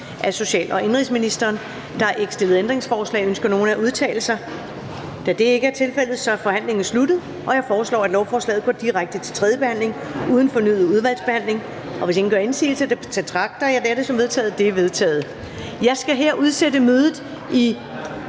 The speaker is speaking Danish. næstformand (Karen Ellemann): Der er ikke stillet ændringsforslag. Ønsker nogen at udtale sig? Da det ikke er tilfældet, er forhandlingen sluttet. Jeg foreslår, at lovforslaget går direkte til tredje behandling uden fornyet udvalgsbehandling. Hvis ingen gør indsigelse, betragter jeg dette som vedtaget. Det er vedtaget. Jeg skal her udsætte mødet i